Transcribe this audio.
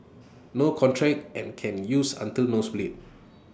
no contract and can use until nose bleed